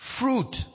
fruit